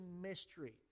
mystery